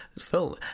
film